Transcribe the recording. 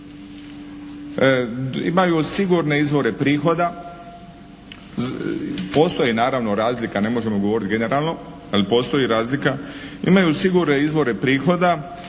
Imaju sigurne izvore prihoda, postoji naravno razlika, ne možemo govoriti generalno, ali postoji razlika. Imaju sigurne izvore prihoda